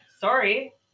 sorry